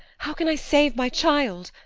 how can i save my child?